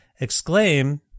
Exclaim